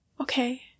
okay